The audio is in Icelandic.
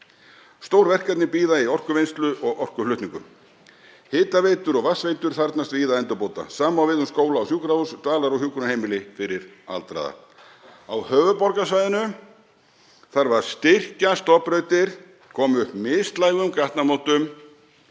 Stór verkefni bíða í orkuvinnslu og orkuflutningum. Hitaveitur og vatnsveitur þarfnast víða endurbóta. Það sama á við um skóla og sjúkrahús, dvalar- og hjúkrunarheimili fyrir aldraða. Á höfuðborgarsvæðinu þarf að styrkja stofnbrautir, koma upp mislægum gatnamótum,